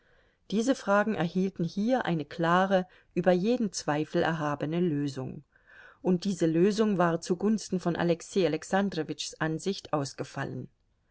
diese fragen erhielten hier eine klare über jeden zweifel erhabene lösung und diese lösung war zugunsten von alexei alexandrowitschs ansicht ausgefallen